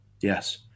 Yes